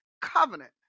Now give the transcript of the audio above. covenant